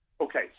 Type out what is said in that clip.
okay